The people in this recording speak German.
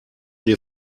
dir